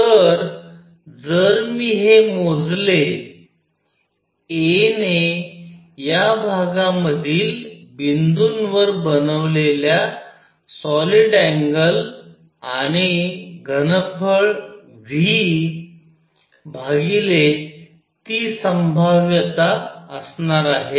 तर जर मी हे मोजले a ने या भागामधील बिंदूंवर बनवलेल्या सॉलिड अँगल आणि घनफळ V ती संभाव्यता असणार आहे